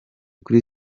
kuri